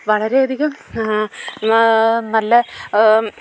വളരെയധികം നല്ല